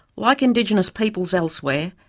like indigenous peoples elsewhere,